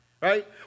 right